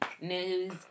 news